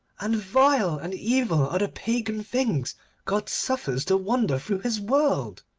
and vile and evil are the pagan things god suffers to wander through his world.